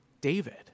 David